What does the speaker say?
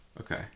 Okay